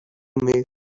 make